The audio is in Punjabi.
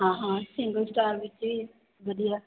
ਹਾਂ ਹਾਂ ਸਿੰਗਲ ਸਟਾਰ ਵਿੱਚ ਹੀ ਵਧੀਆ